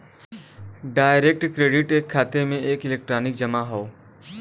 direct credit एक खाते में एक इलेक्ट्रॉनिक जमा हौ